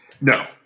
No